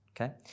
Okay